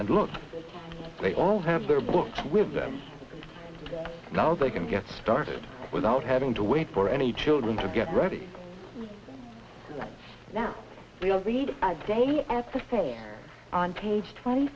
and look they all have their books with them now they can get started without having to wait for any children to get ready right now we all read the daily at the fair on page twenty